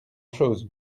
chose